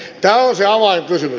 tämä on se avainkysymys